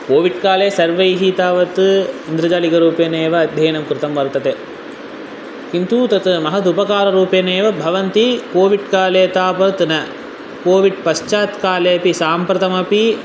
COVID काले सर्वैः तावत् ऐन्द्रजालिकरूपेण एव अध्ययनं कृतं वर्तते किन्तु तत् महदुपकाररूपेणेव भवन्ति कोविड् काले तावत् न कोविड् पश्चात् काले अपि साम्प्रतमपि